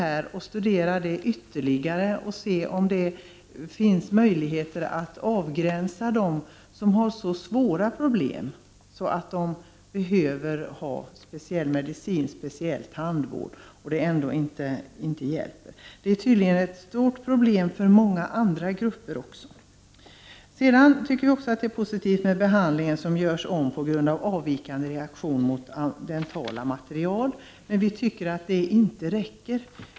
Vi skall studera frågan ytterligare och se om det finns möjlighet att avgränsa dem som har så svåra problem att de behöver speciell vård. Detta är tydligen ett stort problem för många andra grupper också. Vi tycker att det är positivt med den behandling som ges på grund av avvikande reaktion mot dentala material, men vi tycker inte att detta räcker.